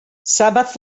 sabbath